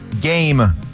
game